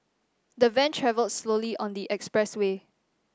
the van travelled slowly on the expressway